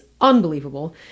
unbelievable